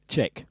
Check